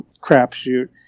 crapshoot